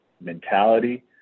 mentality